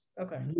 okay